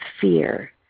fear